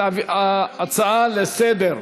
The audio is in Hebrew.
ההצעות לסדר-היום: